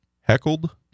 Heckled